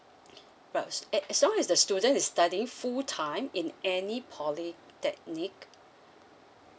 but eh so as the student is studying full time in any poly that need